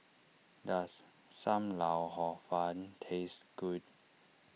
does Sam Lau Hor Fun taste good